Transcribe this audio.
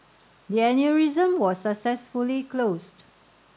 the aneurysm was successfully closed